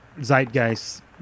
zeitgeist